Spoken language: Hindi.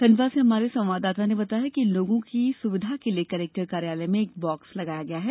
खंडवा से हमारे संवाददाता ने बताया है कि लोगों की सुविधा के लिए कलेक्टर कार्यालय में एक बाक्स लगाया गया है